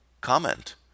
comment